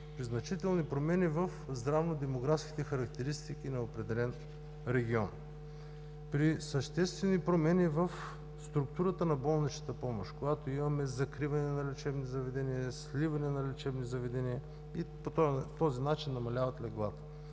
при значителни промени в здравно-демографските характеристики на определен регион; при съществени промени в структурата на болничната помощ, когато имаме закриване на лечебни заведения, сливане на лечебни заведения и по този начин намаляват леглата;